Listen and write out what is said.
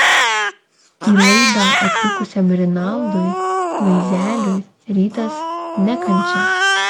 į laidą atvykusiam rinaldui gaizeliui rytas ne kančia